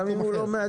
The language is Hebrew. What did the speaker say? גם אם הוא לא מהדרום.